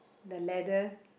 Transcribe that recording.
the ladder